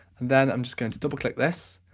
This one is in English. and then i'm just going to double-click this.